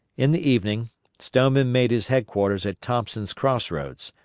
in the evening stoneman made his headquarters at thompson's cross roads,